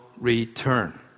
return